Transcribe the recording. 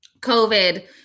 COVID